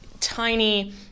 tiny